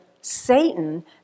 Satan